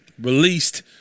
released